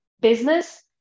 business